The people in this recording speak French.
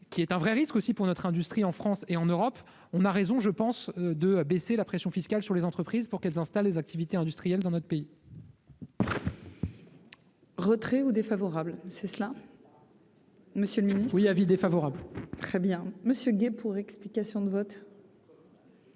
qui est un vrai risque aussi pour notre industrie en France et en Europe, on a raison, je pense 2 à baisser la pression fiscale sur les entreprises pour qu'elles installent des activités industrielles dans notre pays. Retrait ou défavorables, c'est cela. Monsieur le Ministre, oui : avis défavorable très bien monsieur Guey pour explication de vote.